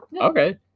Okay